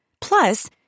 Plus